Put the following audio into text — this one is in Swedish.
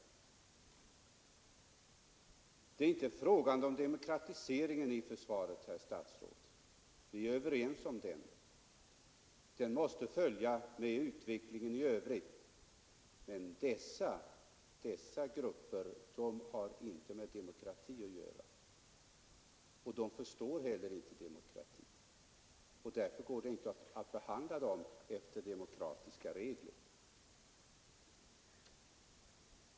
Detta är inte en fråga om demokratiseringen i försvaret, herr statsrådet — vi är överens om den; den måste följa med utvecklingen i övrigt. Men dessa grupper har inte någonting med demokrati att göra, och de förstår heller inte demokratin. Därför går det inte att behandla dem enligt demokratiska regler.